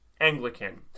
Anglican